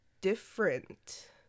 different